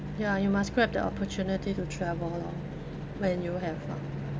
ya you must grab the opportunity to travel lor when you have lah